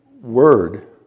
word